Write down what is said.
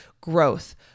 growth